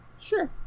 sure